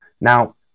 Now